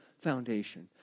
foundation